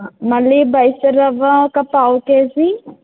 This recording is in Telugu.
మళ్ళీ బైసర్ రవ్వ ఒక పావు కేజీ